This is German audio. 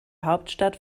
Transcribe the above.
hauptstadt